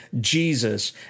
Jesus